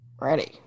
Ready